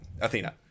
athena